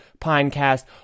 Pinecast